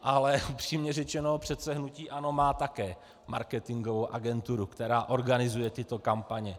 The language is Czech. Ale upřímně řečeno, přece hnutí ANO má také marketingovou agenturu, která organizuje tyto kampaně.